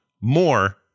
more